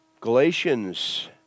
Galatians